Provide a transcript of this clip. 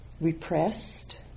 repressed